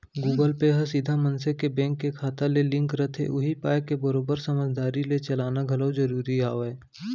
Google Pay ह सीधा मनसे के बेंक के खाता ले लिंक रथे उही पाय के बरोबर समझदारी ले चलाना घलौ जरूरी हावय